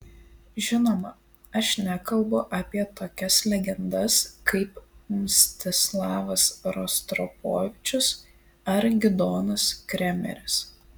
žinoma aš nekalbu apie tokias legendas kaip mstislavas rostropovičius ar gidonas kremeris